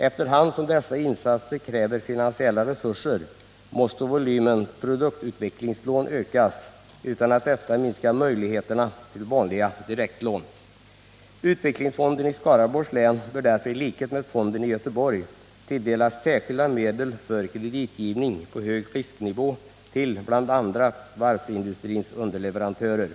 Efter hand som dessa insatser kräver finansiella resurser måste volymen produktutvecklingslån ökas utan att detta minskar möjligheterna till vanliga direktlån. Utvecklingsfonden i Skaraborgs län bör därför i likhet med fonden i Göteborg tilldelas särskilda medel för kreditgivning på hög risknivå till bl.a. varvsindustrins underleverantörer.